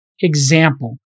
example